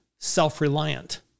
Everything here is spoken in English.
self-reliant